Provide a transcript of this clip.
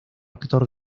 actor